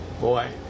Boy